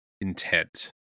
intent